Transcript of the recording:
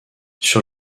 sur